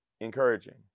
encouraging